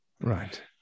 Right